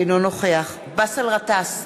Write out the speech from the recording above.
אינו נוכח באסל גטאס,